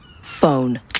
Phone